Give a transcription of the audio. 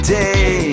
day